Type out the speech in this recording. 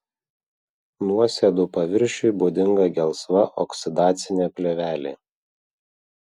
nuosėdų paviršiui būdinga gelsva oksidacinė plėvelė